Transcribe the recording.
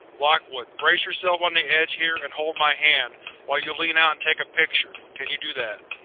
lockwood, brace yourself on the edge here and hold my hand while you lean out and take a picture. can you do that?